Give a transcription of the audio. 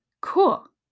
Cool